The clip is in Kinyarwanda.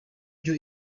ibyo